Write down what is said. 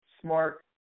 smart